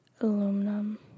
Aluminum